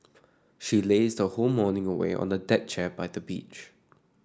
she lazed her whole morning away on the deck chair by the beach